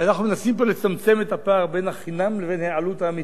ואנחנו מנסים פה לצמצם את הפער בין ה"חינם" לבין העלות האמיתית.